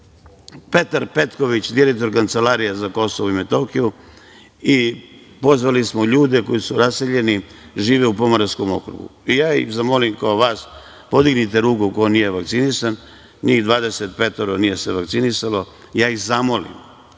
Petar Petković, direktor Kancelarije za KiM, i pozvali smo ljude koji su raseljeni i žive u Pomoravskom okrugu i ja ih zamolim ko vas, podignite ruku ko nije vakcinisan, njih 25 se nije vakcinisalo, i ja ih zamolim